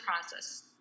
process